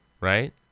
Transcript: right